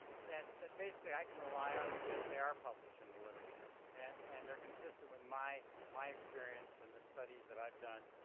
that that basically i can rely on because they are published in the literature and and they're consistent with my my experience and the studies that i've done